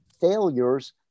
failures